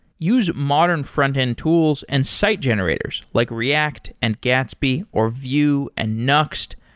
use modern frontend tools and site generators, like react, and gatsby, or vue, and nuxt.